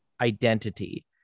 identity